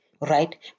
right